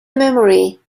memory